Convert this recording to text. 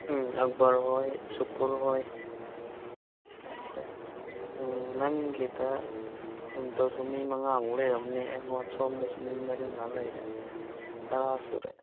ꯎꯝ ꯑꯛꯕꯔ ꯍꯣꯏ ꯁꯨꯀꯨꯔ ꯍꯣꯏ ꯑꯩꯈꯣꯏ ꯅꯪꯒꯤꯗ ꯑꯗꯨꯗꯁꯨ ꯃꯤ ꯃꯉꯥꯃꯨꯛ ꯂꯩꯔꯝꯅꯤ ꯁꯣꯝꯗꯁꯨ ꯃꯤ ꯃꯔꯤ ꯃꯉꯥ ꯂꯩꯔꯦ ꯇꯔꯥ ꯁꯨꯔꯦ